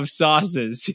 sauces